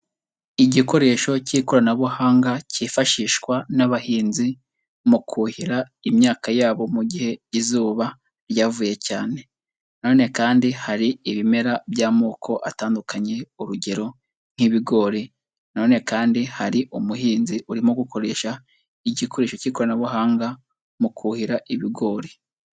Igikoresho cy'ikoranabuhanga cyifashishwa n'abahinzi mu kuhira imyaka yabo mu gihe izuba ryavuye cyane, na none kandi hari ibimera by'amoko atandukanye, urugero nk'ibigori, na none kandi hari umuhinzi urimo gukoresha igikoresho cy'ikoranabuhanga mu kuhira ibigori.